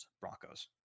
Broncos